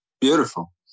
Beautiful